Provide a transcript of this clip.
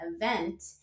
event